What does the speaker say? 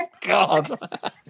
god